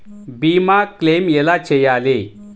భీమ క్లెయిం ఎలా చేయాలి?